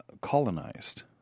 colonized